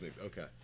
Okay